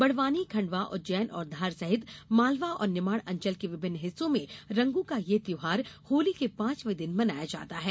बड़वानी खण्डवा उज्जैन और धार सहित मालवा और निमाड़ अंचल के विभिन्न हिस्सों में रंगों का ये त्यौहार होली के पांचवे दिन मनाया जाता है